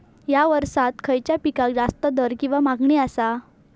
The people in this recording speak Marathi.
हया वर्सात खइच्या पिकाक जास्त दर किंवा मागणी आसा?